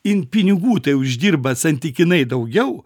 jin pinigų tai uždirba santykinai daugiau